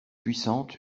puissante